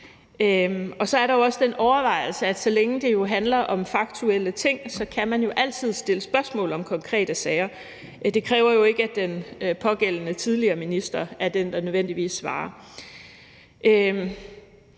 Så er der også den overvejelse, at så længe det handler om faktuelle ting, kan man jo altid stille spørgsmål om konkrete sager. Det kræver jo ikke, at den pågældende tidligere minister nødvendigvis er